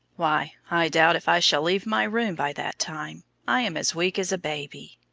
why, i doubt if i shall leave my room by that time i am as weak as a baby.